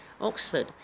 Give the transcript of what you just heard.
Oxford